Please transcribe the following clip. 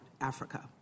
Africa